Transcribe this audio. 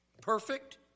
Perfect